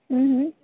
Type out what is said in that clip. હં હં